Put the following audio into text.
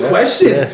Question